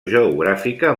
geogràfica